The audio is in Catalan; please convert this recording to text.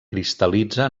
cristal·litza